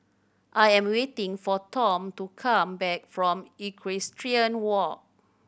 I am waiting for Tom to come back from Equestrian Walk